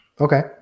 Okay